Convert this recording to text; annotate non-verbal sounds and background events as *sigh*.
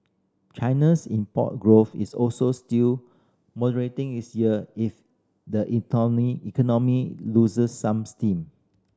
China's import growth is also still moderating this year if the *unintelligible* economy loses some steam